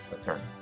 attorney